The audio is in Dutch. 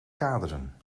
kaderen